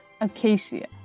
Acacia